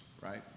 right